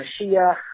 Mashiach